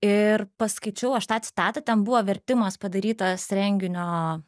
ir paskaičiau aš tą citatą ten buvo vertimas padarytas renginio